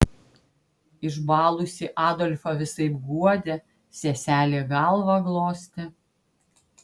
išbalusį adolfą visaip guodė seselė galvą glostė